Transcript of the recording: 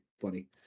funny